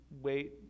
wait